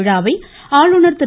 விழாவை ஆளுநர் திரு